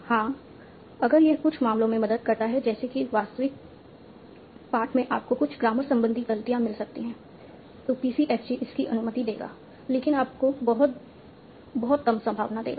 हां अगर यह कुछ मामलों में मदद करता है जैसे कि वास्तविक पाठ में आपको कुछ ग्रामर संबंधी गलतियां मिल सकती हैं तो PCFG इसकी अनुमति देगा लेकिन आपको बहुत बहुत कम संभावना देगा